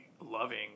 loving